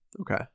Okay